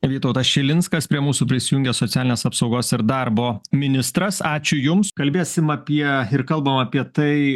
vytautas šilinskas prie mūsų prisijungė socialinės apsaugos ir darbo ministras ačiū jums kalbėsim apie ir kalbam apie tai